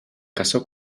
casó